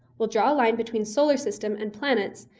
we'll draw a line between solar system and planets,